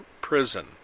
prison